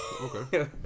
Okay